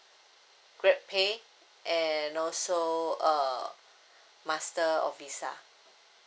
GrabPay and also uh Master or Visa